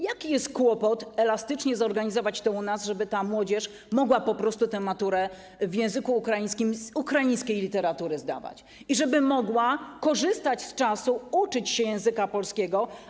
Jaki jest kłopot z tym, żeby elastycznie zorganizować to u nas, żeby ta młodzież mogła maturę w języku ukraińskim z ukraińskiej literatury zdawać i żeby mogła, korzystając z czasu, uczyć się języka polskiego?